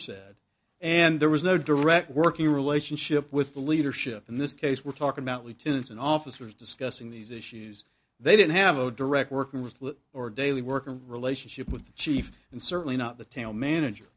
said and there was no direct working relationship with the leadership in this case we're talking about lieutenants and officers discussing these issues they didn't have a direct working with or daily working relationship with the chief and certainly not the town manager